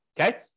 okay